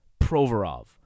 Provorov